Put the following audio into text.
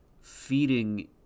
feeding